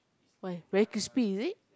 why very crispy is it